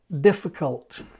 difficult